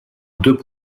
deux